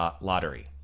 lottery